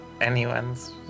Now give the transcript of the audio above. Anyone's